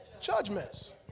judgments